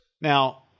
now –